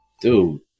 Dude